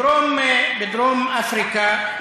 בדרום-אפריקה,